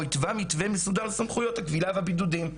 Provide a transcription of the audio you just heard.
התווה מתווה מסודר לסמכויות הכבילה והבידודים.